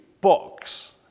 box